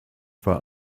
bei